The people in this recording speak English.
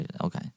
Okay